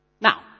Now